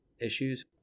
issues